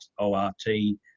O-R-T